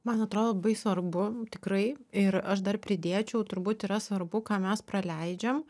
man atrodo labai svarbu tikrai ir aš dar pridėčiau turbūt yra svarbu ką mes praleidžiam